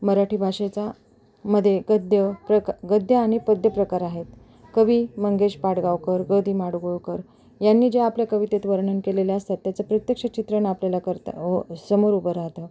मराठी भाषेचा मध्ये गद्य प्रक गद्य आणि पद्य प्रकार आहेत कवी मंगेश पाडगावकर ग दि माडगूळकर यांनी जे आपल्या कवितेत वर्णन केलेले असतात त्याचं प्रत्यक्ष चित्रण आपल्याला करता वो समोर उभं राहतं